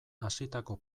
hasitako